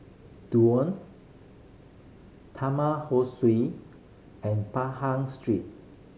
Duo Taman Ho Swee and Pahang Street